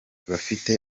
bafite